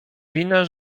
wina